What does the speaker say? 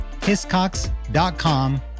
hiscox.com